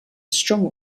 strong